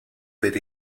per